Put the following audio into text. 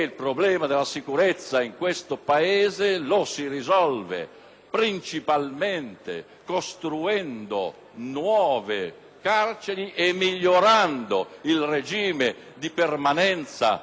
principalmente costruendo nuove carceri e migliorando il regime di permanenza dei detenuti negli istituti di prevenzione e pena che, come